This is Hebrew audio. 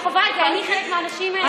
אני חווה את זה, אני חלק מהאנשים האלה.